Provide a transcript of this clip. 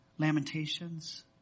Lamentations